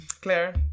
Claire